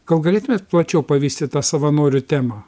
gal galėtumėt plačiau pavystyt tą savanorių temą